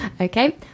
Okay